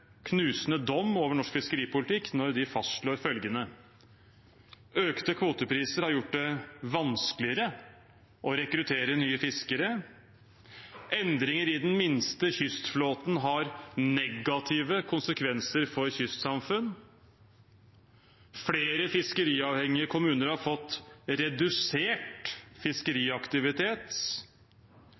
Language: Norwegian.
knusende dom over norsk fiskeripolitikk når de fastslår følgende: Økte kvotepriser har gjort det vanskeligere å rekruttere nye fiskere. Endringer i den minste kystflåten har negative konsekvenser for kystsamfunn. Flere fiskeriavhengige kommuner har redusert fiskeriaktivitet.